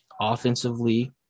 offensively